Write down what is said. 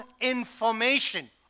information